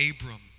Abram